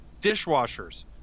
dishwashers